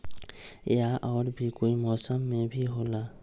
या और भी कोई मौसम मे भी होला?